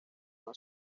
una